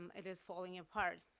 um it is falling apart.